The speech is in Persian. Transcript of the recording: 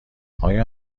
آیا